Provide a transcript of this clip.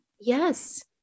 Yes